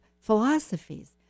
philosophies